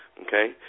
okay